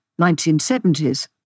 1970s